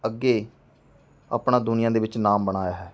ਅੱਗੇ ਆਪਣਾ ਦੁਨੀਆਂ ਦੇ ਵਿੱਚ ਨਾਮ ਬਣਾਇਆ ਹੈ